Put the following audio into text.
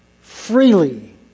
freely